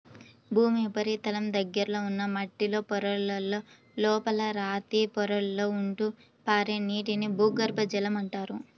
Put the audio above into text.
భూమి ఉపరితలం దగ్గరలో ఉన్న మట్టిలో పొరలలో, లోపల రాతి పొరలలో ఉంటూ పారే నీటిని భూగర్భ జలం అంటారు